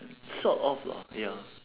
sort of lah ya